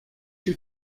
two